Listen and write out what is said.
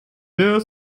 der